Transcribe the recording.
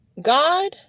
God